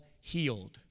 healed